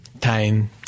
time